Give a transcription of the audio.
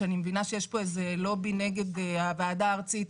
אני מבינה שיש פה לובי נגד הוועדה הארצית.